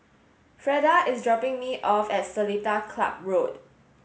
Freda is dropping me off at Seletar Club Road